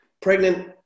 Pregnant